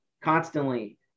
constantly